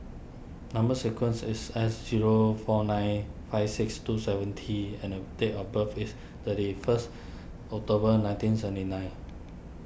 Number Sequence is S zero four nine five six two seven T and the date of birth is thirty first October nineteen seventy nine